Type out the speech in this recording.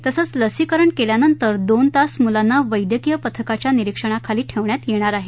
तसंच लसीकरण केल्यानंतर दोन तास मुलांना वद्यक्कीय पथकांच्या निरीक्षणाखाली ठेवण्यात येणार आहे